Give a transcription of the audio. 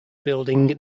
building